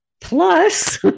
plus